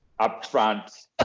Upfront